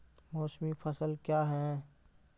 मौसमी फसल क्या हैं?